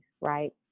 right